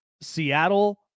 Seattle